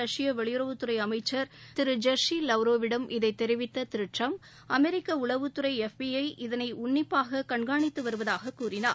ரஷ்ய வெளியுறவுத்துறை அமைச்சர் திரு ஷெர்ஜி லவ்ரவ் யிடம் இதைத் தெரிவித்த திரு ட்ரம்ப் அமெரிக்க உளவுத்துறை எப் பி ஐ இதனை உன்னிப்பாக கண்காணித்து வருவதாகக் கூறினார்